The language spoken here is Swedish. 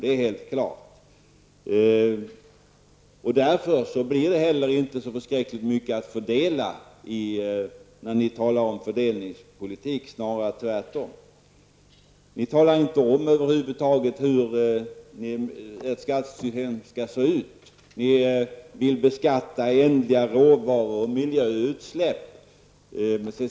Därför blir det på tal om fördelningspolitik inte så särskilt mycket att fördela, snarare tvärtom. Ni säger över huvud taget ingenting om hur ert skattesystem skall se ut. Ni vill beskatta ändliga råvaror och miljöutsläpp.